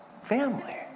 family